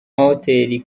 mahoteli